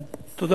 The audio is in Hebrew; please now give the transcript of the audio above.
השלישית.